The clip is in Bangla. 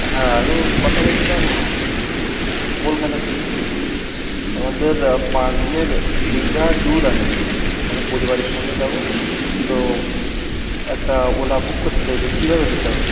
হ্যাঁ আমি কথা বলছিলাম কলকাতা থেকে আমাদের পাঁচদিনের দীঘা ট্যুর আছে ঠিক আছে আমরা পরিবারের সঙ্গে যাবো তো একটা ওলা বুক করতে চাই তো কীভাবে দিতে হবে